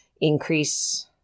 increase